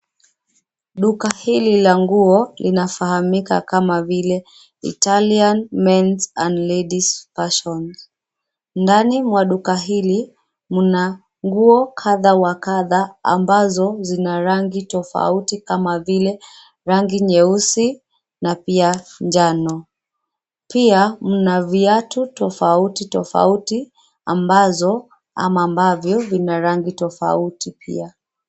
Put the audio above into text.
Duka hili la nguo linafahamika kama vile Italian Men's and Ladies Fashion. Ndani mwa duka hili, mna nguo kadha wa kadha ambazo zina rangi tofauti kama vile rangi nyeusi na pia njano. Pia mna viatu tofauti tofauti ambazo ama ambavyo vina rangi tofauti pia.